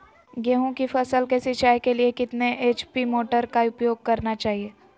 गेंहू की फसल के सिंचाई के लिए कितने एच.पी मोटर का उपयोग करना चाहिए?